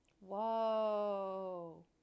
Whoa